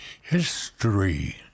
history